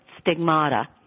stigmata